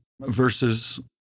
versus